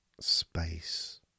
Space